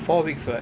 four week [what]